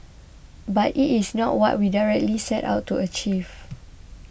but it is not what we directly set out to achieve